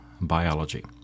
biology